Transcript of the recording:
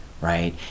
Right